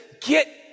get